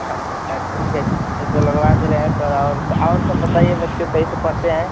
अच्छा ठीक है ठीक है तो लगवा दे रहे हैं पर और और सब बताइए बच्चे सही से पढ़ते हैं